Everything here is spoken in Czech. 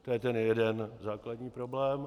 To je jeden základní problém.